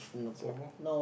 Singapore